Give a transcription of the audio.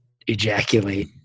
ejaculate